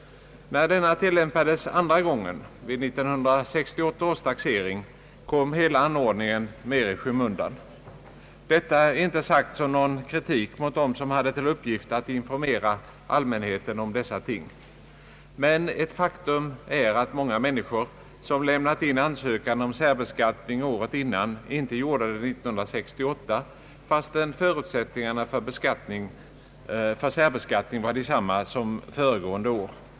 När denna tillämpades andra gången, vid 1968 års taxering, kom hela anordningen mer i skymundan. Detta är inte sagt som någon kritik mot dem som hade till uppgift att informera allmänheten om dessa ting. Ett faktum är dock att många människor, som lämnat in ansökan om särbeskattning 1967, inte gjorde det 1968 fastän förutsättningarna för särbeskattning var desamma som föregående år.